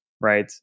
right